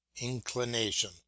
inclination